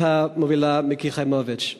שאותה מובילה מיקי חיימוביץ.